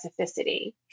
specificity